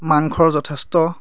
মাংসৰ যথেষ্ট